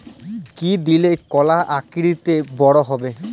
কি দিলে কলা আকৃতিতে বড় হবে?